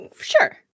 sure